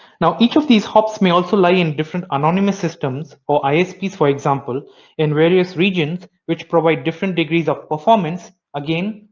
now each of these hops may also lie in different anonymous systems or isps for example in various regions which provide different degrees of performance, again,